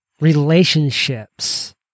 relationships